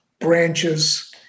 branches